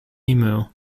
emu